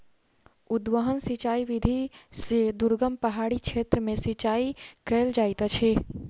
उद्वहन सिचाई विधि से दुर्गम पहाड़ी क्षेत्र में सिचाई कयल जाइत अछि